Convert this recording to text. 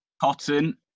cotton